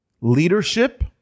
leadership